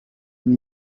une